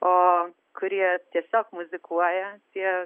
o kurie tiesiog muzikuoja tie